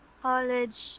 college